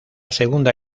segunda